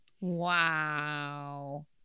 Wow